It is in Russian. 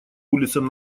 улицам